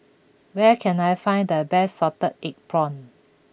where can I find the best Salted Egg Prawns